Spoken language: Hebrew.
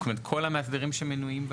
זאת אומרת כל המאסדרים שמנויים.